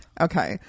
Okay